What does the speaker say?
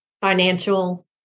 financial